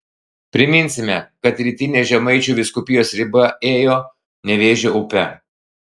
priminsime kad rytinė žemaičių vyskupijos riba ėjo nevėžio upe